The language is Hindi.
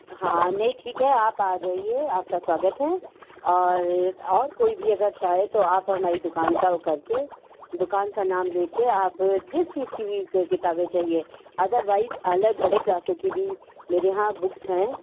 हाँ नहीं ठीक है आप आ जाइए आपका स्वागत है और और कोई भी अगर चाहे तो आप हमारी दुकान का वो करके दुकान का नाम ले कर आप जिस चीज की भी क किताबें चाहिए आप अदरवाइज बड़े क्लासों की भी मेरे यहाँ बुक्स हैं